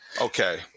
Okay